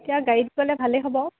এতিয়া গাড়ী গ'লে ভালেই হ'ব